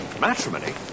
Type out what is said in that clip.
Matrimony